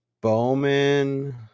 Bowman